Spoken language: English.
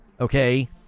Okay